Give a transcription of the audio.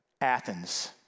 Athens